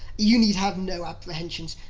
you need have no apprehensions.